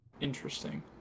Interesting